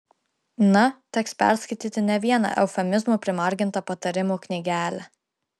na teks perskaityti ne vieną eufemizmų primargintą patarimų knygelę